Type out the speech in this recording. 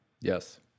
Yes